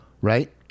Right